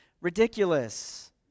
ridiculous